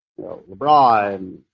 LeBron